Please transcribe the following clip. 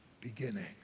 beginning